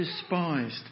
despised